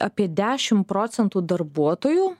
apie dešim procentų darbuotojų